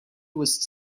was